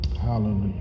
Hallelujah